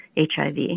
HIV